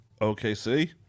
OKC